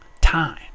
time